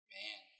Man